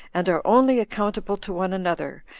and are only accountable to one another,